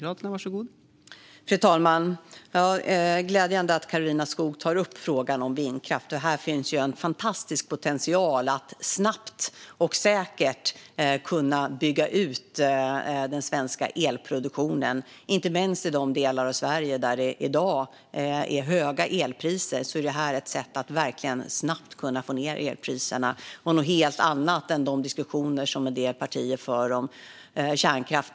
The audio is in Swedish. Fru talman! Det är glädjande att Karolina Skog tar upp frågan om vindkraft, för här finns en fantastisk potential att snabbt och säkert bygga ut den svenska elproduktionen. Inte minst i de delar av Sverige där det i dag är höga elpriser är detta verkligen ett sätt att snabbt kunna få ned elpriserna. Det är något helt annat än de diskussioner som en del partier för om kärnkraft.